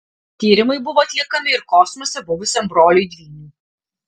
tyrimai buvo atliekami ir kosmose buvusiam broliui dvyniui